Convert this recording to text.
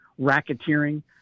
racketeering